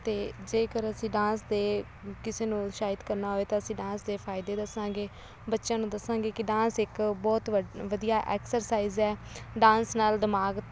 ਅਤੇ ਜੇਕਰ ਅਸੀਂ ਡਾਂਸ ਦੇ ਕਿਸੇ ਨੂੰ ਉਤਸ਼ਾਹਿਤ ਕਰਨਾ ਹੋਵੇ ਤਾਂ ਅਸੀਂ ਡਾਂਸ ਦੇ ਫਾਇਦੇ ਦੱਸਾਂਗੇ ਬੱਚਿਆਂ ਨੂੰ ਦੱਸਾਂਗੇ ਕਿ ਡਾਂਸ ਇੱਕ ਬਹੁਤ ਵਡ ਵਧੀਆ ਐਕਸਰਸਾਈਜ਼ ਹੈ ਡਾਂਸ ਨਾਲ ਦਿਮਾਗ